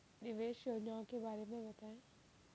निवेश योजनाओं के बारे में बताएँ?